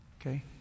okay